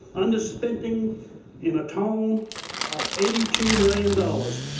underspending in a tone of eighty two million dollars.